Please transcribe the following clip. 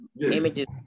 images